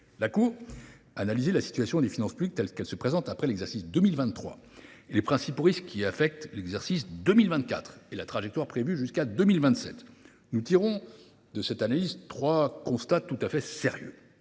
La Cour a analysé la situation des finances publiques telle qu’elle se présente après l’exercice 2023, les principaux risques qui affectent l’exercice 2024 et la trajectoire prévue jusqu’à 2027. De cette analyse, nous tirons trois constats tout à fait sérieux.